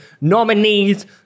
nominees